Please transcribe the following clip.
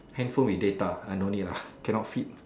handphone with data ah no need lah cannot fit